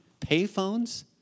Payphones